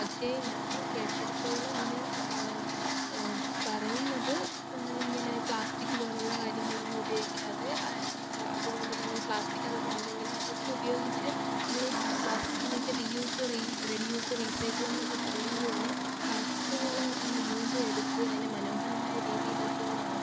പക്ഷേ ഞാൻ കെട്ടിടത്തോളം ഇങ്ങനെ പറയുന്നത് ഇങ്ങനെ പ്ലാസ്റ്റിക് പോലെയുള്ള കാര്യങ്ങളൊന്നും ഉപയോഗിക്കാതെ അ അതുപോലെ തന്നെ ഈ പ്ലാസ്റ്റിക് അഥവാ ഉണ്ടെങ്കിൽ അതൊക്കെ ഉപയോഗിച്ച് നമ്മൾ ഈ പാ പ്ലാസ്റ്റിക്കിനെയൊക്കെ റീയൂസ് റീ റെഡ്യൂസ് റീസൈക്കിൾ എന്നൊക്കെ പറയുന്നത് പോലെ പ്ലാസ്റ്റിക്കുകളെ തന്നെ വീണ്ടും എടുത്ത് അതിന് മനോഹരമായ രീതീലൊക്കെ ഒന്ന് ആർട്ട്